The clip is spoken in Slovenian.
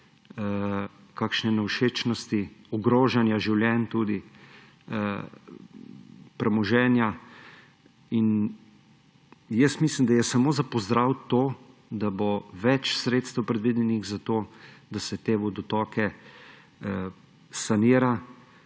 kakšne nevšečnosti, ogrožanja življenj tudi, premoženja. Mislim, da je samo za pozdraviti to, da bo več sredstev predvidenih za to, da se te vodotoke sanira,